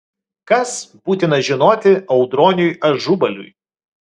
kas būtina žinoti audroniui ažubaliui